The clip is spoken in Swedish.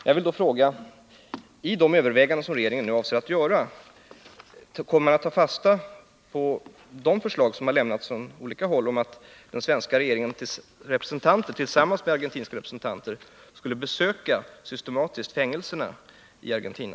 Jag vill då fråga: Kommer regeringen i de överväganden som den avser att göra att ta fasta på de förslag som har lämnats från olika håll om att den svenska regeringens representanter tillsammans med argentinska representanter skulle systematiskt besöka fängelserna i Argentina?